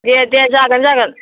दे दे जागोन जागोन